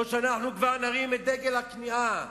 או שכבר נרים את דגל הכניעה,